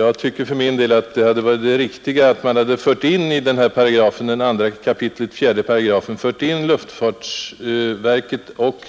Jag tycker för min del att det hade varit riktigt att i 2 kap. 4 § föra in en bestämmelse att luftfartsverket och